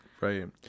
right